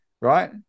right